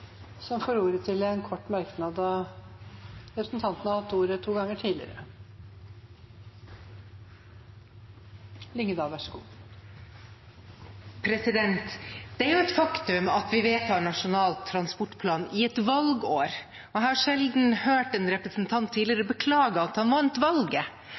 ordet til en kort merknad, begrenset til 1 minutt. Det er et faktum at vi vedtar Nasjonal transportplan i et valgår. Jeg har sjelden tidligere hørt en representant beklage at han vant valget